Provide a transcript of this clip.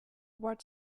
what